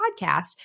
podcast